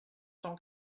cent